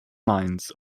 minds